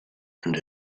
and